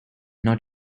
not